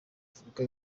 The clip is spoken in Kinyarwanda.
afurika